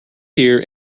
here